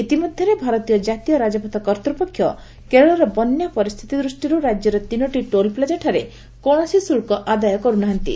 ଇତିମଧ୍ୟରେ ଭାରତୀୟ ଜାତୀୟ ରାଜପଥ କର୍ତ୍ତ୍ୱପକ୍ଷ କେରଳର ବନ୍ୟା ପରିସ୍ଥିତି ଦୃଷ୍ଟିରୁ ରାଜ୍ୟର ତିନୋଟି ଟୋଲ୍ପ୍ଲାଜାଠାରେ କୌଣସି ଶୁଲ୍କ ଆଦାୟ କରୁନାହାନ୍ତି